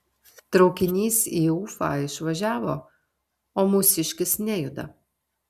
traukinys į ufą išvažiavo o mūsiškis nejuda